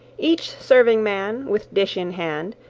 each serving man, with dish in hand,